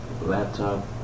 laptop